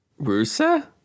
Rusa